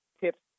tips